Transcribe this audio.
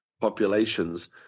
populations